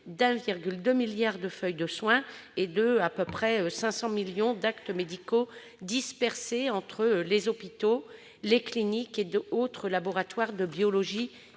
de 1,2 milliard de feuilles de soins et d'à peu près 500 millions d'actes médicaux, dispersés entre les hôpitaux, les cliniques et autres laboratoires de biologie